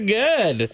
good